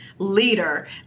leader